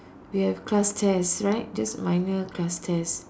we have class test right just minor class test